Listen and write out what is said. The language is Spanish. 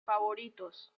favoritos